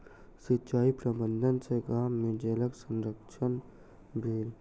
सिचाई प्रबंधन सॅ गाम में जलक संरक्षण भेल